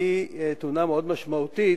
היא תאונה מאוד משמעותית,